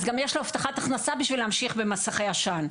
אז גם יש לו הבטחת הכנסה בשביל להמשיך במסכי עשן.